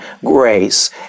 grace